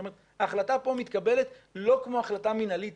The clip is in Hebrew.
זאת אומרת ההחלטה פה מתקבלת לא כמו החלטה מנהלית